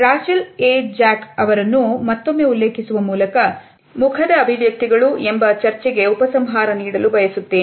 Rachel Jack ಅವರನ್ನು ಮತ್ತೊಮ್ಮೆ ಉಲ್ಲೇಖಿಸುವ ಮೂಲಕ ಮುಖದ ಅಭಿವ್ಯಕ್ತಿಗಳು ಚರ್ಚೆಗೆ ಉಪಸಂಹಾರ ನೀಡಲು ಬಯಸುತ್ತೇನೆ